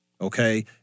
Okay